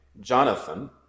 Jonathan